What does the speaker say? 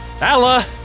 Allah